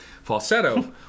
falsetto